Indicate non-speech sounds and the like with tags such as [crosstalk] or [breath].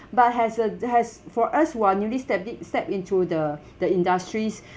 but has a has for us who are newly step it step into the [breath] the industries